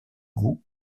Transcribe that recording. goût